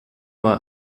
mal